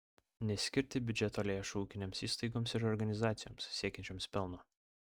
neskirti biudžeto lėšų ūkinėms įstaigoms ir organizacijoms siekiančioms pelno